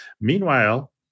Meanwhile